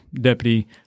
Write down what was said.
deputy